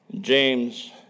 James